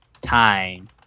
time